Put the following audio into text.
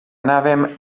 anàvem